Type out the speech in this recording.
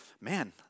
man